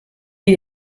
wie